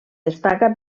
destaca